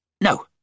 No